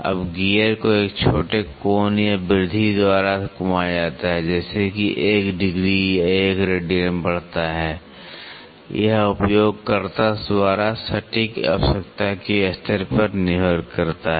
अब गियर को एक छोटे कोण या वृद्धि द्वारा घुमाया जाता है जैसे कि 1 ° या 1 रेडियन बढ़ता है यह उपयोगकर्ता द्वारा सटीक आवश्यकता की स्तर पर निर्भर करता है